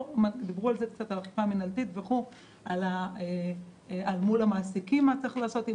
דיברו פה על האכיפה המנהלתית מול המעסיקים מה צריך לעשות אם